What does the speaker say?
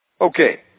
Okay